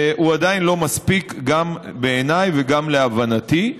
עדיין לא מספיק גם בעיניי וגם להבנתי.